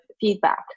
feedback